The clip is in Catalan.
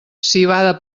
civada